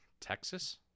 Texas